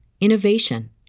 innovation